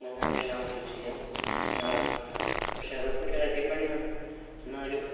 എല്ലാമൊക്കെ ചെയ്യാം പക്ഷെ അതൊക്കെയൊരു ഇരട്ടി പണിയാണ് എന്നാലും